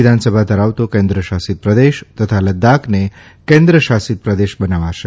વિધાનસભા ધરાવતો કેન્દ્રશાસિત પ્રદેશ તથા લદાખને કેન્દ્રશાસિત પ્રદેશ બનાવાશે